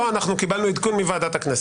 לא הודעתם על היוועצות הסיעתית.